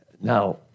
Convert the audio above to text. Now